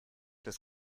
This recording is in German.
des